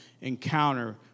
encounter